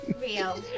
Real